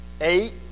Eight